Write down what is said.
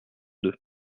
deux